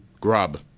grub